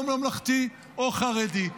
או ממלכתי או חרדי.